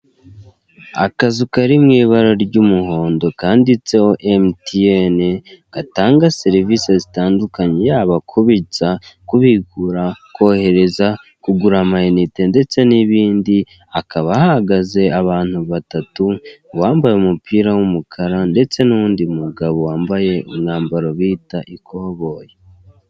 Akazu kari mu ibara ry'umuhondo kanditseho mtn gatanga serivisi zitandukanye yaba; kubitsa kubigura, kohereza, kugura, amayinite ndetse n'ibindi hakaba hahagaze abantu batatu bambaye umupira w'umukara ndetse nundi mugabo wambaye umwambaro bita ikoboyi.